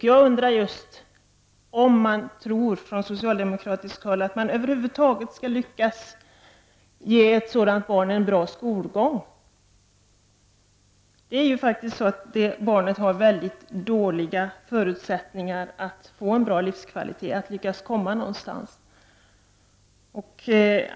Jag undrar om man från socialdemokratiskt håll tror att man över huvud taget skall lyckas ge ett sådant barn en bra skolgång. Det är faktiskt så att ett sådant barn har dåliga förutsättningar att få en bra livskvalitet och att lyckas komma någonstans.